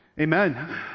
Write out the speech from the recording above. Amen